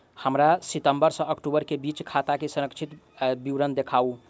हमरा सितम्बर सँ अक्टूबर केँ बीचक खाता केँ संक्षिप्त विवरण देखाऊ?